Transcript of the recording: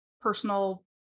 personal